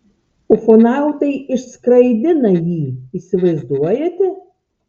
ufonautai išskraidina jį įsivaizduojate